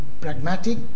pragmatic